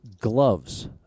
gloves